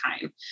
time